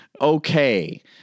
okay